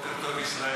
בוקר טוב ישראל.